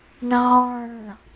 No